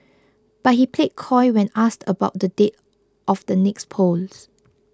but he played coy when asked about the date of the next polls